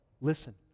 Listen